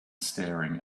staring